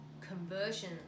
conversion